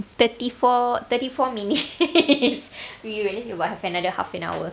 thirty four thirty four minutes we only have about another half an hour